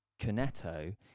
Conetto